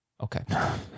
Okay